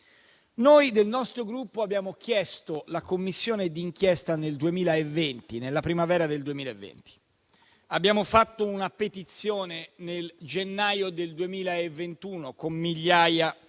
Noi del nostro Gruppo abbiamo chiesto la Commissione d'inchiesta nella primavera del 2020, abbiamo fatto una petizione nel gennaio del 2021 con migliaia